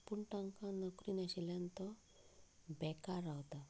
पूण तांकां नोकरी नाशिल्ल्यान तो बेकार रावता